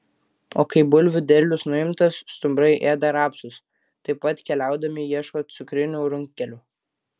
o kai bulvių derlius nuimtas stumbrai ėda rapsus taip pat keliaudami ieško cukrinių runkelių